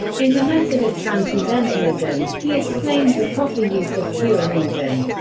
in the method of transcendentalism, he explained the proper use of pure reason.